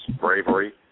bravery